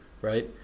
right